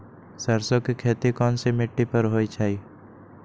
सरसों के खेती कैसन मिट्टी पर होई छाई?